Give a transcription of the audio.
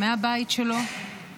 מהבית שלו